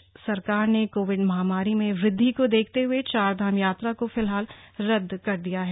प्रदेश सरकार ने कोविड महामारी में वृद्वि को देखते हुए चार धाम यात्रा को फिलहाल रद्द कर दिया है